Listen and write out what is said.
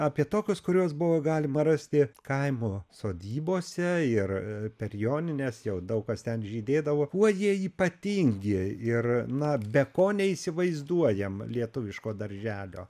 apie tokius kuriuos buvo galima rasti kaimo sodybose ir per jonines jau daug kas ten žydėdavo kuo jie ypatingi ir na be ko neįsivaizduojam lietuviško darželio